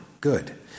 good